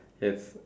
yes